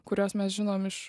kuriuos mes žinom iš